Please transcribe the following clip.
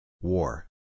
War